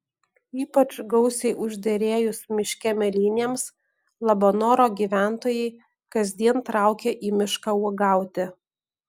ypač gausiai užderėjus miške mėlynėms labanoro gyventojai kasdien traukia į mišką uogauti